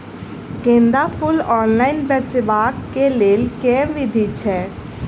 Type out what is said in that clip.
गेंदा फूल ऑनलाइन बेचबाक केँ लेल केँ विधि छैय?